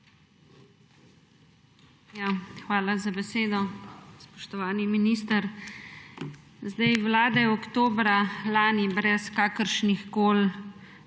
Hvala za besedo. Spoštovani minister! Vlada je oktobra lani brez kakršnihkoli